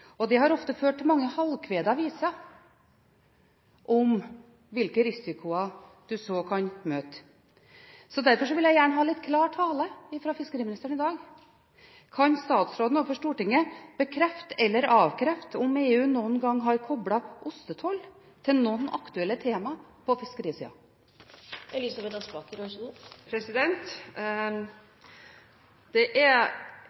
ofte ført til mange halvkvedede viser om hvilke risikoer man så kan møte. Derfor vil jeg gjerne ha litt klar tale fra fiskeriministeren i dag. Kan statsråden overfor Stortinget bekrefte eller avkrefte om EU noen gang har koblet ostetoll til noen aktuelle tema på